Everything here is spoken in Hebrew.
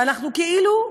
ואנחנו כאילו,